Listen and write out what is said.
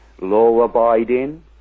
law-abiding